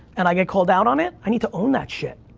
and i get called out on it, i need to own that shit,